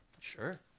Sure